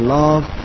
love